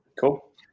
Cool